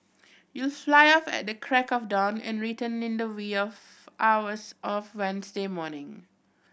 you'll fly off at the crack of dawn and return in the wee of hours of Wednesday morning